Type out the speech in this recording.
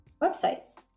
websites